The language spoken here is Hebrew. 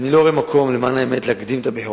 למען האמת אני לא רואה כל כך מקום להקדים את הבחירות,